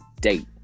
date